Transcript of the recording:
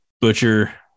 butcher